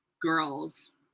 girls